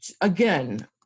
again